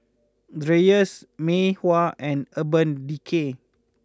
Dreyers Mei Hua and Urban Decay